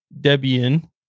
Debian